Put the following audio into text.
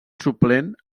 suplent